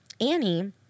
Annie